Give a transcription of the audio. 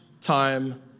time